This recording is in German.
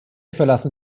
verlassen